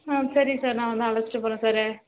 ம் சரி சார் நான் வந்து அழைச்சிட்டு போகறேன் சாரே